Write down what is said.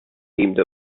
teamed